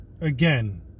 again